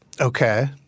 Okay